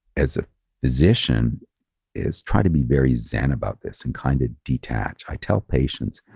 as a physician is try to be very zen about this and kind of detach. i tell patients,